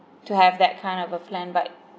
to have that kind of a plan but